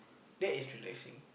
that is relaxing